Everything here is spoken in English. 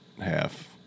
half